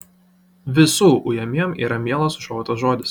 visų ujamiem yra mielas užuojautos žodis